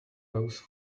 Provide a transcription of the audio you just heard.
those